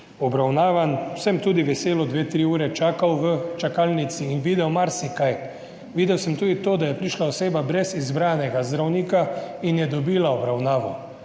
pljučnice. Sem tudi veselo dve, tri ure čakal v čakalnici in videl marsikaj. Videl sem tudi to, da je prišla oseba brez izbranega zdravnika in je dobila obravnavo,